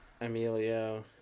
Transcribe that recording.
Emilio